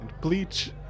bleach